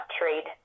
trade